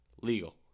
Legal